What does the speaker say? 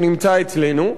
שנמצא אצלנו.